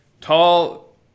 tall